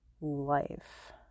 life